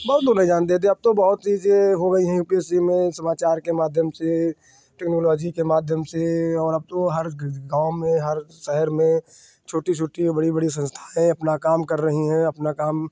बहुत लोग नहीं जानते थे अब तो बहुत चीज़ें हो गई हैं यू पी एस सी में समाचार के माध्यम से टेक्नोलॉजी के माध्यम से और अब तो हर गाँव में हर शहर में छोटी छोटी और बड़ी बड़ी संस्थाएँ अपना काम कर रही हैं अपना काम